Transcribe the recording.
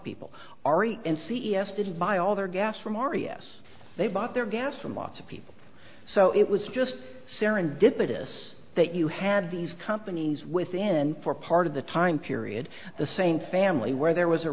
people ari and c e o s didn't buy all their gas from r e s they bought their gas from lots of people so it was just serendipitous that you had these companies within for part of the time period the same family where there was a